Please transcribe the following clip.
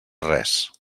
res